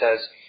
says